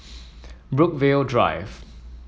Brookvale Drive